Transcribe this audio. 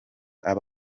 aba